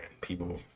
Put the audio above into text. people